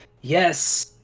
Yes